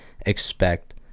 expect